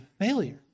failure